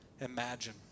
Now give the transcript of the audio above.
imagine